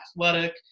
Athletic